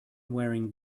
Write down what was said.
wearing